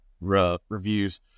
reviews